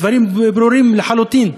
הדברים ברורים לחלוטין.